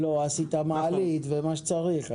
מעלית, וכל מה שצריך?